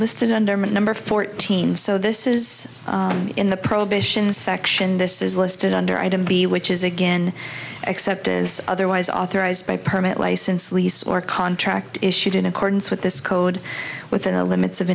listed under number fourteen so this is in the prohibition section this is listed under item b which is again except as otherwise authorized by permit license lease or contract issued in accordance with this code within the limits of